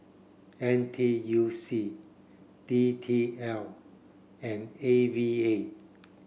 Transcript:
N T U C D T L and A V A